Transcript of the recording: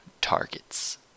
targets